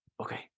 Okay